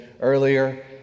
earlier